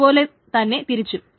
അതുപോലെ തന്നെ തിരിച്ചും